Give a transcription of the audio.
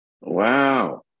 Wow